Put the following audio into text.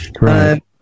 Right